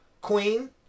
Queen